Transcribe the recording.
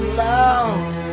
loud